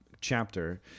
chapter